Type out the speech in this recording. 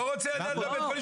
לא רוצה לדעת על בית חולים,